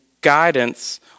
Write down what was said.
guidance